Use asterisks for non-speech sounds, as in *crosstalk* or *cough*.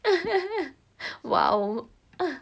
*laughs* !wow!